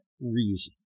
reason